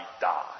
die